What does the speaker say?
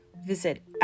visit